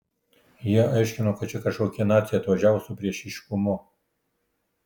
jie aiškino kad čia kažkokie naciai atvažiavo su priešiškumu